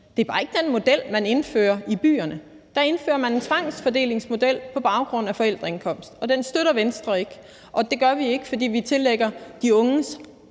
Det er bare ikke den model, man indfører i byerne. Der indfører man en tvangsfordelingsmodel på baggrund af forældreindkomst, og den støtter Venstre ikke. Det gør vi ikke, fordi vi tillægger de unges